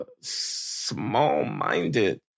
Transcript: small-minded